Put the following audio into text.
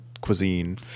cuisine